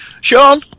Sean